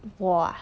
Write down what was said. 如果啊